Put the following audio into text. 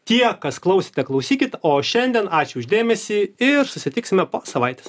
tie kas klausė klausykit o šiandien ačiū už dėmesį ir susitiksime po savaitės